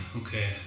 okay